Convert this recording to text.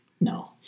No